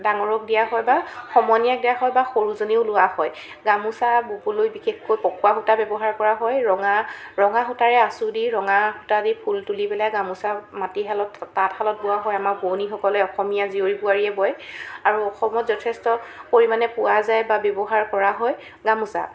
ডাঙৰক দিয়া হয় বা সমনীয়াক দিয়া হয় বা সৰুজনেও লোৱা হয় গামোচা ববলৈ বিশেষকৈ পকোৱা সূতা ব্যৱহাৰ কৰা হয় ৰঙা ৰঙা সূতাৰে আচোৰ দি ৰঙা সূতা দি ফুল তুলি পেলাই গামোচা মাটিশালত তাঁতশালত বোৱা হয় আমাৰ বোৱানীসকলে অসমীয়া জীয়ৰী বোৱাৰীয়ে বয় আৰু অসমত যথেষ্ট পৰিমাণে পোৱা যায় বা ব্য়ৱহাৰ কৰা হয় গামোচা